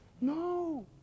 No